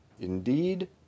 indeed